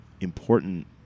important